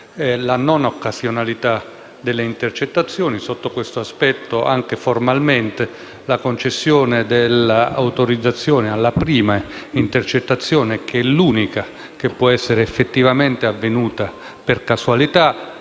la non occasionalità delle intercettazioni; sotto questo aspetto, anche formalmente, la concessione dell'autorizzazione alla prima intercettazione, che è l'unica che può essere effettivamente avvenuta per casualità,